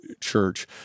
church